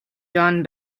john